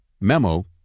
memo